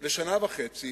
לשנה וחצי